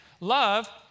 Love